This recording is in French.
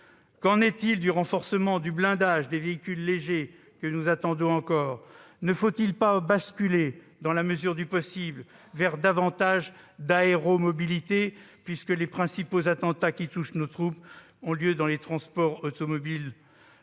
Qu'en est-il du renforcement du blindage des véhicules légers que nous attendons encore ? Ne faut-il pas basculer dans la mesure du possible vers davantage d'aéromobilité, puisque les principaux attentats qui touchent nos troupes interviennent à l'occasion de convois automobiles ?